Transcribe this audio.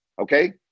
okay